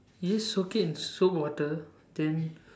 you just soak it in soap water then